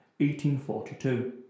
1842